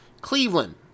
Cleveland